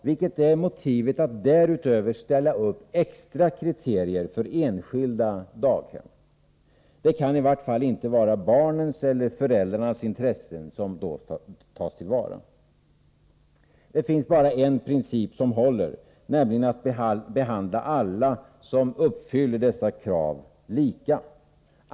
Vilket är motivet att däröver ställa extra kriterier för enskilda daghem? Det kan i varje fall inte vara barnens eller föräldrarnas intressen som då tas till vara. Det finns bara en princip som håller, nämligen att behandla alla som uppfyller dessa krav lika.